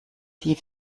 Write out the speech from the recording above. die